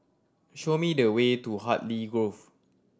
show me the way to Hartley Grove